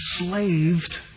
enslaved